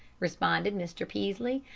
responded mr. peaslee.